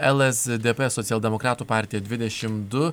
lsdp socialdemokratų partija dvidešimt du